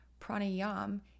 pranayam